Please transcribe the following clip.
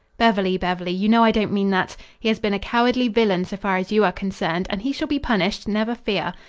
beverly, beverly, you know i don't mean that. he has been a cowardly villain so far as you are concerned and he shall be punished, never fear.